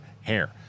hair